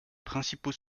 principaux